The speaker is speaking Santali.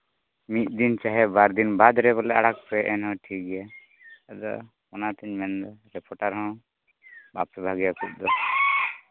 ᱢᱤᱫ ᱫᱤᱱ ᱪᱟᱦᱮ ᱵᱟᱨ ᱫᱤᱱ ᱵᱟᱫᱽ ᱨᱮ ᱟᱲᱟᱜᱽ ᱯᱮ ᱮᱱᱦᱚᱸ ᱴᱷᱤᱠᱜᱮᱭᱟ ᱟᱫᱚ ᱚᱱᱟᱛᱤᱧ ᱢᱮᱱᱫᱟ ᱨᱤᱯᱳᱴᱟᱨ ᱦᱚᱸ ᱵᱟᱯᱮ ᱵᱷᱟᱹᱜᱤᱭᱟ